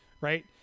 right